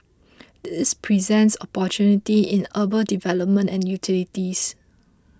this presents opportunities in urban development and utilities